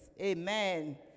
Amen